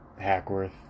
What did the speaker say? Hackworth